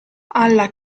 alla